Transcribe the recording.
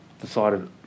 decided